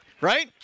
Right